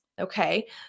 Okay